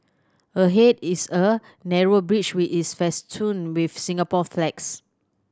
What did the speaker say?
ahead is a narrow bridge which is festooned with Singapore flags